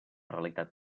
realitat